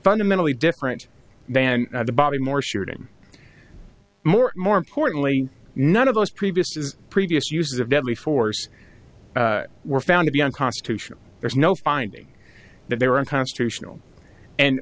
fundamentally different than the bobby moore shooting more more importantly none of those previous his previous use of deadly force were found to be unconstitutional there's no finding that they were unconstitutional and